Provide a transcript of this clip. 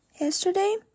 yesterday